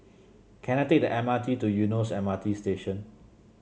can I take the M R T to Eunos M R T Station